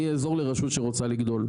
אני אעזור לרשות שרוצה לגדול.